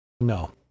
No